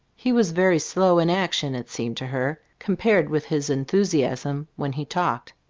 he was very slow in action it seemed to her, compared with his enthusiasm when he talked.